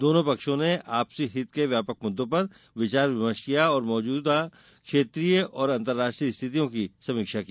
दोनों पक्षों ने आपसी हित के व्यापक मुद्दों पर विचार विमर्श किया और मौजूदा क्षेत्रीय और अंतर्राष्ट्रीय स्थितियों की समीक्षा की